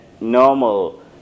normal